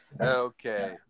Okay